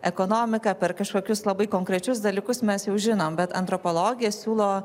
ekonomika per kažkokius labai konkrečius dalykus mes jau žinom bet antropologija siūlo